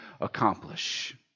accomplish